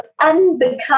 unbecome